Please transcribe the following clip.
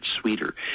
sweeter